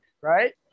right